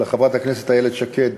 לחברת הכנסת איילת שקד,